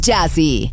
Jazzy